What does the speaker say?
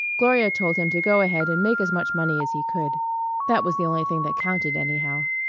gloria told him to go ahead and make as much money as he could that was the only thing that counted anyhow.